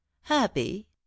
happy